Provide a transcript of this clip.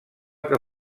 que